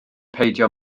peidio